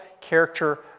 character